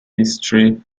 history